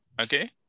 okay